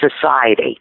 society